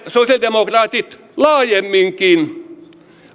sosiaalidemokraatit olemme laajemminkin